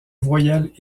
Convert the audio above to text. voyelles